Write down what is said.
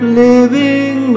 living